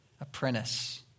apprentice